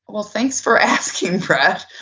well, thanks for asking, brett.